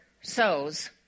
sows